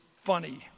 funny